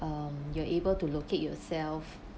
um you are able to locate yourself